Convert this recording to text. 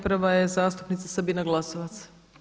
Prva je zastupnica Sabina Glasovac.